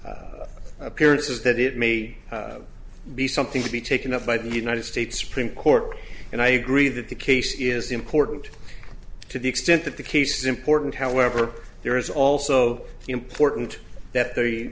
appearances that it may be something to be taken up by the united states supreme court and i agree that the case is important to the extent that the case important however there is also important that th